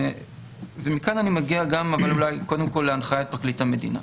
ומכאן אני מגיע, קודם כל, להנחיית פרקליט המדינה.